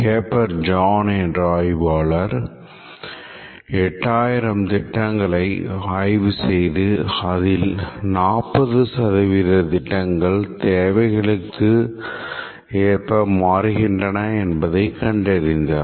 Caper John என்ற ஆய்வாளர் 8000 திட்டங்கள் ஆய்வு செய்து அதில் 40 திட்டங்கள் தேவைகளுக்கு மாறுகின்றன என்பதை கண்டறிந்தார்